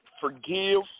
forgive